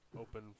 open